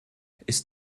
ist